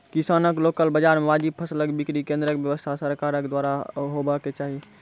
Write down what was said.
किसानक लोकल बाजार मे वाजिब फसलक बिक्री केन्द्रक व्यवस्था सरकारक द्वारा हेवाक चाही?